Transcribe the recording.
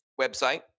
website